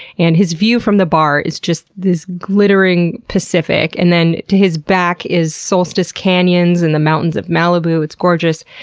and his view from the bar is just this glittering pacific, and then to his back is solstice canyons and the mountains of malibu. it's gorgeous.